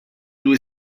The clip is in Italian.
due